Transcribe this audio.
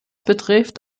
betrifft